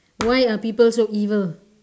why are people so evil